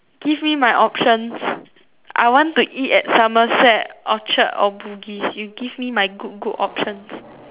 give me my options I want to eat at Somerset Orchard or Bugis you give me my good good options